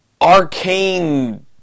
arcane